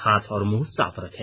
हाथ और मुंह साफ रखें